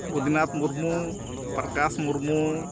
Baidyanath Murmu Prakash Murmu